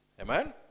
Amen